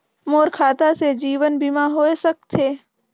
मोर खाता से जीवन बीमा होए सकथे?